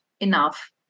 enough